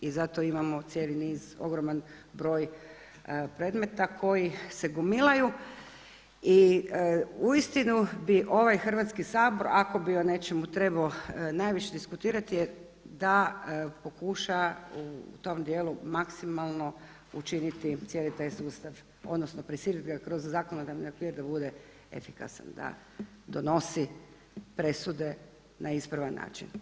I zato imamo cijeli niz ogroman broj predmeta koji se gomilaju i uistinu bi ovaj Hrvatski sabor, ako bi o nečemu trebao najviše diskutirati je da pokuša u tom dijelu maksimalno učiniti cijeli taj sustav, odnosno, prisiliti ga kroz zakonodavne okvire da bude efikasan, da donosi presude na ispravan način.